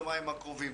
יומיים הקרובים.